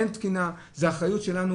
אז אמרו לי אין תקינה,